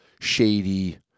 shady